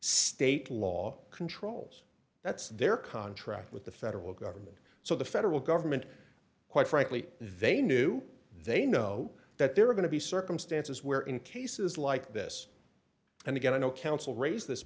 state law controls that's their contract with the federal government so the federal government quite frankly they knew they know that there are going to be circumstances where in cases like this and again i know counsel raise this